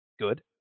good